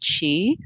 chi